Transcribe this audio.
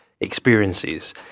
experiences